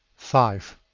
five.